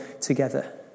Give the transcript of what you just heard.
together